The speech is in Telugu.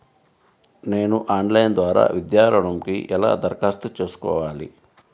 నేను ఆన్లైన్ ద్వారా విద్యా ఋణంకి ఎలా దరఖాస్తు చేసుకోవాలి?